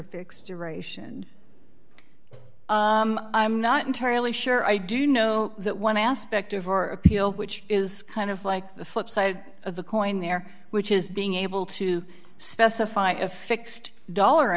duration i'm not entirely sure i do know that one aspect of your appeal which is kind of like the flip side of the coin there which is being able to specify a fixed dollar